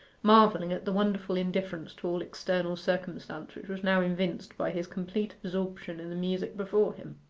marvelling at the wonderful indifference to all external circumstance which was now evinced by his complete absorption in the music before him.